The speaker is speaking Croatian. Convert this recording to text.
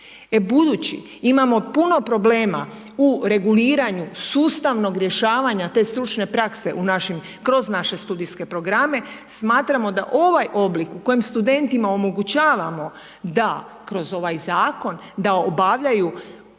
Budući imamo puno problema u reguliranju sustavnog rješavanja te stručne prakse kroz naše studijske programe, smatramo da ovaj oblik u kojem studentima omogućavamo da kroz ovaj zakon, da obavljaju određene